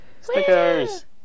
stickers